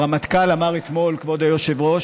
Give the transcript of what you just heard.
הרמטכ"ל אמר אתמול, כבוד היושב-ראש,